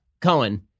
Cohen